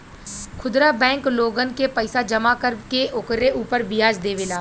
खुदरा बैंक लोगन के पईसा जमा कर के ओकरे उपर व्याज देवेला